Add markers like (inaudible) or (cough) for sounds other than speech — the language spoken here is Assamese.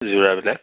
(unintelligible)